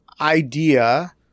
idea